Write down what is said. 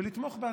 ולתמוך בהצעה.